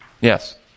Yes